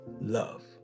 love